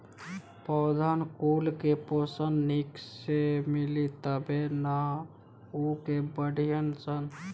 पौधन कुल के पोषन निक से मिली तबे नअ उ के बढ़ीयन सन